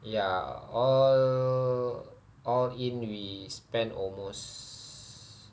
ya all all in we spend almost